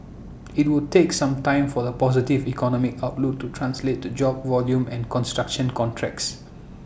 IT would take some time for the positive economic outlook to translate to job volume and construction contracts